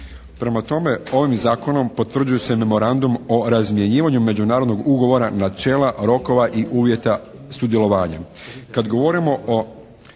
Prema tome, ovim zakonom potvrđuje se memorandum o razmjenjivanju međunarodnog ugovora, načela, rokova i uvjeta sudjelovanja.